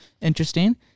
interesting